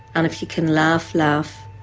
and if you can laugh, laugh.